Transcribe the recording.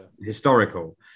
historical